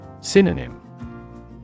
Synonym